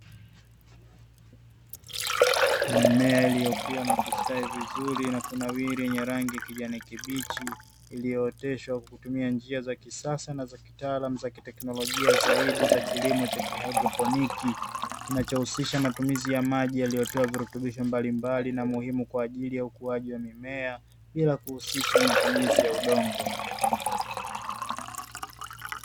Mimea iliyokuwa na kustawi vizuri na kunawiri yenye rangi ya kijani kibichi, iliyooteshwa kwa kutumia njia za kisasa na za kitaalamu za kiteknolojia zaidi za kilimo cha kihaidroponiki; kinachohusisha matumizi ya maji yaliyotiwa virutubisho mbalimbali na muhimu kwa ajili ya ukuaji wa mimea, bila kuhusisha matumizi ya udongo.